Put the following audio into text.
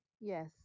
Yes